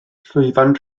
llwyfan